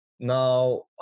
Now